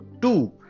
two